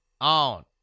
on